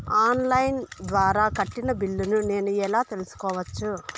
On line ద్వారా కట్టిన బిల్లును నేను ఎలా తెలుసుకోవచ్చు?